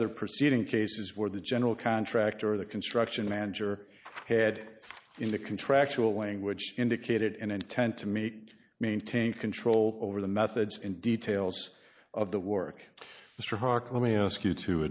other preceding cases where the general contractor the construction manager head in the contractual language indicated an intent to meet maintain control d over the methods and details of the work mr hauck let me ask you to